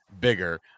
bigger